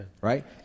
right